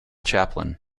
chaplain